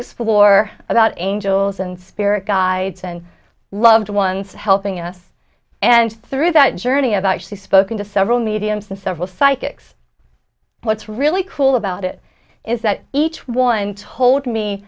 explore about angels and spirit guides and loved ones helping us and through that journey of actually spoken to several mediums and several psychics what's really cool about it is that each one told me